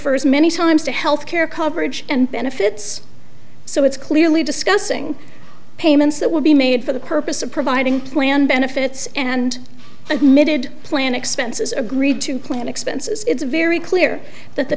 refers many times to health care coverage and benefits so it's clearly discussing payments that will be made for the purpose of providing plan benefits and admitted plan expenses agreed to plan expenses it's very clear that the